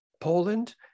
Poland